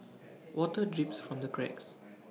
water drips from the cracks